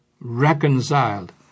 reconciled